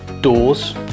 doors